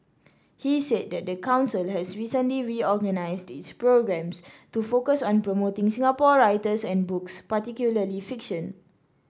he said that the council has recently reorganised its programmes to focus on promoting Singapore writers and books particularly fiction